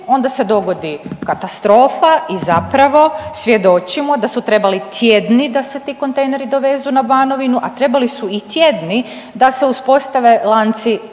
onda se dogodi katastrofa i zapravo svjedočimo da su trebali tjedni da se ti kontejneri dovezu na Banovinu, a trebali su i tjedni da se uspostave lanci